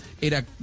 Era